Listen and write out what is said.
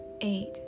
eight